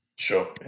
Sure